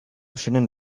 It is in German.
schönen